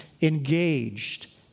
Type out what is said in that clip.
engaged